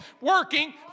working